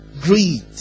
Greed